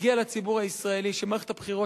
מגיע לציבור הישראלי שמערכת הבחירות,